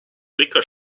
liquor